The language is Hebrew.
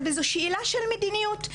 וזו שאלה של מדיניות.